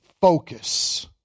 focus